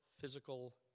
physical